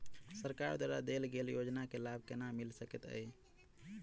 सरकार द्वारा देल गेल योजना केँ लाभ केना मिल सकेंत अई?